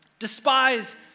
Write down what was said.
despise